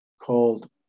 called